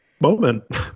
moment